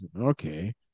Okay